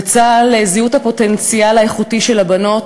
בצה"ל זיהו את הפוטנציאל האיכותי של הבנות,